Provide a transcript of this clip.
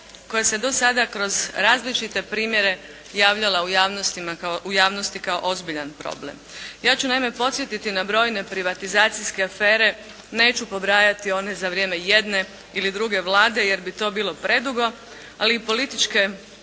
koja se do sada kroz različite primjere javljala u javnosti kao ozbiljan problem. Ja ću naime podsjetiti na brojne privatizacijske afere, neću pobrajati one za vrijeme jedne ili druge Vlade jer bi to bilo predugo, ali i političke